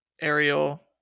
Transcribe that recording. Ariel